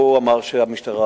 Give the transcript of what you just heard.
הוא אמר שהמשטרה,